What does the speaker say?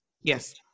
Yes